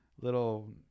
little